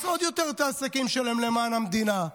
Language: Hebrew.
עוד יותר את העסקים שלהם למען המדינה,